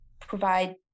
provide